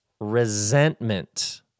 Resentment